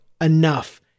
enough